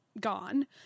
gone